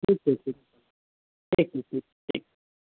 ठीक छै ठीक ठीक छै ठीक